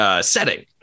Setting